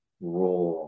role